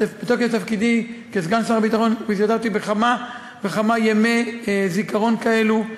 בתוקף תפקידי כסגן שר הביטחון השתתפתי בכמה וכמה ימי זיכרון כאלו.